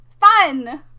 Fun